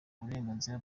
uburenganzira